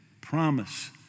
promise